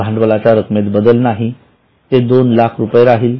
भांडवलाच्या रक्कमेत बदल नाही ते २००००० राहील